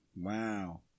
Wow